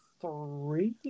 three